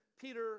Peter